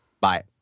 Bye